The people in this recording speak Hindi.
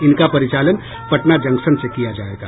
इनका परिचालन पटना जंक्शन से किया जायेगा